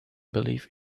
believe